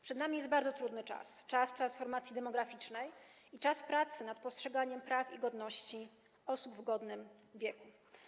Przed nami bardzo trudy czas, czas transformacji demograficznej i czas pracy nad przestrzeganiem praw i godności osób w godnym wieku.